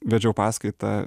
vedžiau paskaitą